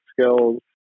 skills